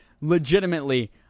legitimately